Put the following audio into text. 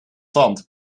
tand